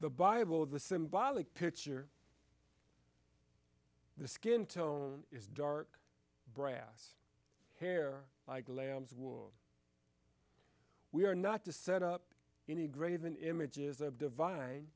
the bible the symbolic picture the skin tone is dark brass hair like lambswool we are not to set up any graven images of divine